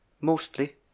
Mostly